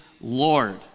Lord